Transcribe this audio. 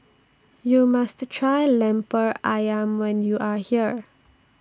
YOU must Try Lemper Ayam when YOU Are here